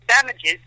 damages